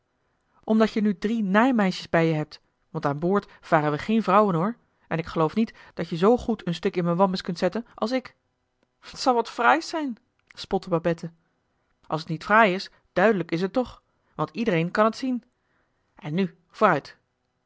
omdat je nu drie naaimeisjes bij je hebt want aan boord varen we geen vrouwen hoor en ik geloof niet dat je zoo goed een stuk in m'n wammes kunt zetten als ik t zal wat fraais zijn spotte babette als t niet fraai is duidelijk is het toch want iedereen kan t zien en nu vooruit